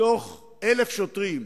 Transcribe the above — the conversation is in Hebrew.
מתוך 1,000 שוטרים,